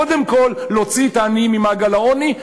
קודם כול להוציא את העניים ממעגל העוני,